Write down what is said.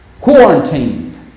Quarantined